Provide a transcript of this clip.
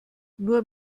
nur